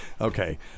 Okay